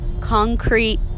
Concrete